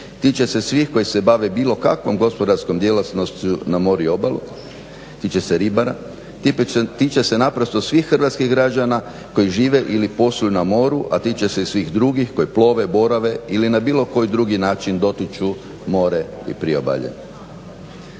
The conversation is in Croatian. tiče se svih koji se bave bilo kakvom gospodarskom djelatnošću na moru i obali, tiče se ribara, tiče se naprosto svih hrvatskih građana koji žive ili posluju na moru a tiče se i svih drugih koji plove, borave ili na bilo koji drugi način dotiču more ili priobalje.